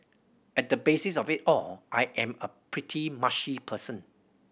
at the basis of it all I am a pretty mushy person